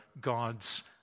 God's